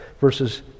Verses